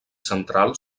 central